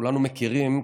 כולנו מכירים,